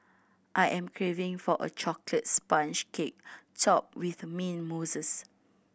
I am craving for a chocolate sponge cake topped with mint mousse